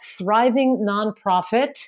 thrivingnonprofit